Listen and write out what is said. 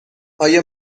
آیا